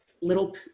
little